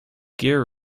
gear